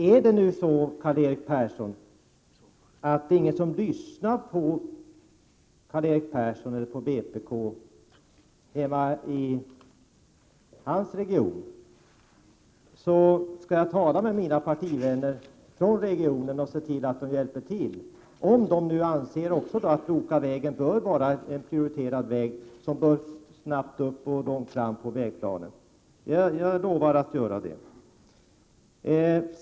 Är det nu så att det inte är någon som lyssnar på Karl-Erik Persson eller vpk hemma i hans region, skall jag tala med mina partivänner från regionen och se till att de hjälper till, om de nu anser att Lokavägen bör vara en prioriterad väg som snabbt bör komma långt fram i vägplanen. Jag lovar att göra det.